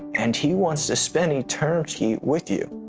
and he wants to spend eternity with you.